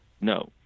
no